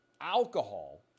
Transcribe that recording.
alcohol